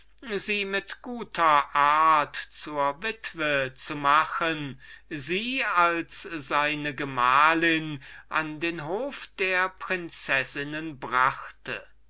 sie mit guter art zur witwe zu machen sie in qualität seiner gemahlin an den hof der prinzessinnen brachte